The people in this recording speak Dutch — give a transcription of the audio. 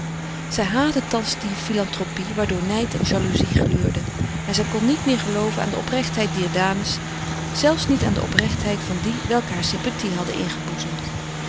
zij haatte thans de filantropie waardoor nijd en jaloezie gluurden en zij kon niet meer gelooven aan de oprechtheid dier dames zelfs niet aan de oprechtheid van die welke haar sympathie hadden ingeboezemd